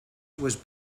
was